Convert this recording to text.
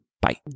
Bye